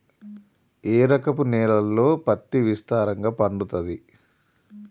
ఏ రకపు నేలల్లో పత్తి విస్తారంగా పండుతది?